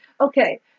okay